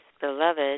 beloved